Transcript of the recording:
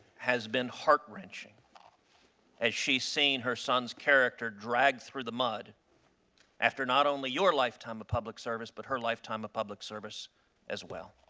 has been heart-wrenching as she has seen her sons character dragged through the mud after not only your lifetime of public service but her lifetime of public service as well.